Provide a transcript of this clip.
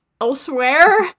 elsewhere